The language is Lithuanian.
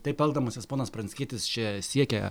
taip elgdamasis ponas pranckietis čia siekia